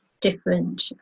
different